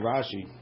Rashi